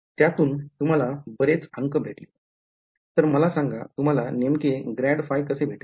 त्याच्यातून तुम्हाला बरेच अंक भेटले तर मला सांगा तुम्हाला नेमके ग्रॅड फाय कसे भेटेल